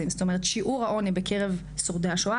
זאת אומרת שיעור העוני בקרב שורדי השואה